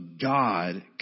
God